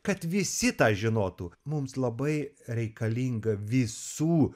kad visi tą žinotų mums labai reikalinga visų